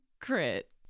crit